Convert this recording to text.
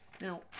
Now